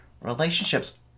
Relationships